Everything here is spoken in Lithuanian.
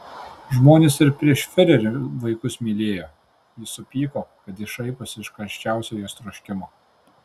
žmonės ir prieš fiurerį vaikus mylėjo ji supyko kad jis šaiposi iš karščiausio jos troškimo